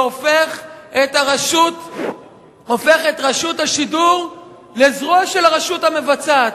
והופך את רשות השידור לזרוע של הרשות המבצעת.